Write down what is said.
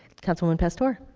councilwoman pastor.